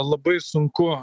labai sunku